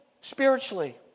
spiritually